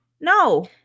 No